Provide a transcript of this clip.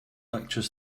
lecture